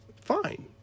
fine